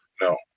No